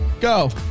go